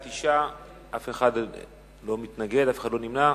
תשעה בעד, אף אחד לא מתנגד ואף אחד לא נמנע.